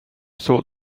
thought